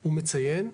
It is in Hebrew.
הוא מציין,